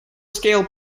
scale